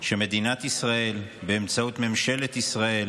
שמדינת ישראל, באמצעות ממשלת ישראל,